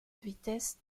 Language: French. vitesse